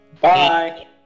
Bye